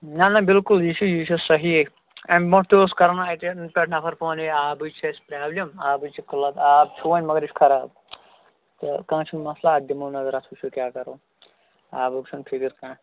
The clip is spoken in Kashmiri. نہ نہ بِلکُل یہِ چھِ یہِ چھُ صحیح اَمہِ برٛونٛٹھ تہِ اوس کَران اَتہِ پٮ۪ٹھ نفر فون ہے آبٕچ چھِ اَسہِ پَرٛابلِم آبٕچ چھِ قِلَت آب چھُ وۄنۍ مگر یہِ چھُ خَراب تہٕ کانٛہہ چھُنہٕ مَسلہٕ اَتھ دِمہو نظر اَتھ وٕچھو کیٛاہ کَرو آبُک چھِنہٕ فِکِر کانٛہہ